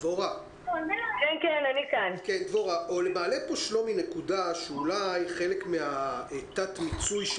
מעלה פה שלומי נקודה שאולי חלק מתת-המיצוי של